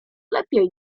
lepiej